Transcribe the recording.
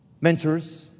mentors